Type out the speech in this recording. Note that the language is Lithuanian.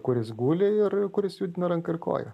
kuris guli ir kuris judina ranką ir koją